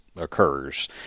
Occurs